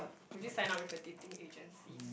would you sign up with a dating agency